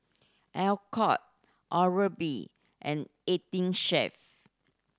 Alcott Oral B and Eighteen Chef